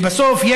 לבסוף,